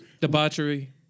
debauchery